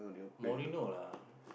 morning no lah